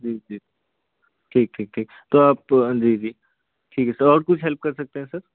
जी जी ठीक ठीक ठीक तो आप जी जी ठीक है सर और कुछ हेल्प कर सकते हैं सर